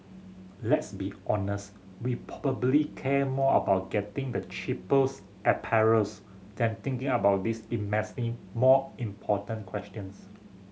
let's be honest we probably care more about getting the cheapest apparels than thinking about these immensely more important questions